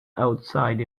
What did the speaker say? outside